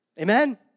Amen